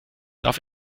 darf